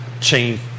chain